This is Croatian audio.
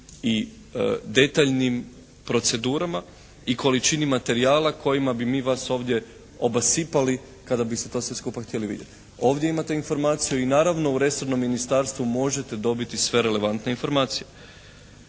i detaljnim procedurama i količini materijala kojima bi mi vas ovdje obasipali kada biste to sve skupa htjeli vidjeti. Ovdje imate informaciju i naravno u resornom ministarstvu možete dobiti sve relevantne informacije.